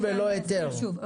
אני חושב שזה דיון משפטי.